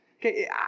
Okay